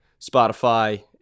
Spotify